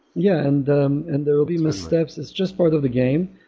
yeah, and um and there will be missed steps. it's just part of the game,